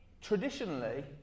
traditionally